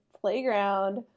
playground